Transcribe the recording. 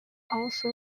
also